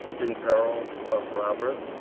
in perils of robbers,